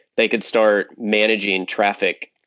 they could start managing traffic,